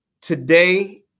today